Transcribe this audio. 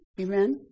Amen